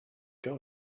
girl